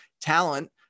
talent